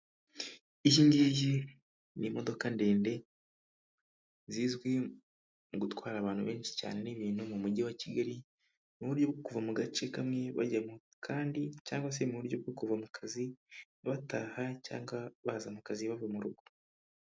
Iyi ng'iyi ni imodoka ndende zizwi gutwara abantu benshi cyane n'ibintu mu mujyi wa Kigali muri buryo kuva mu gace kamwe bajya mu kandi, cyangwa se mu buryo bwo kuva mu kazi bataha cyangwa baza mu kazi bava mu rugo.